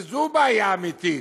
זו בעיה אמיתית.